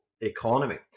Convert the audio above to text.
economy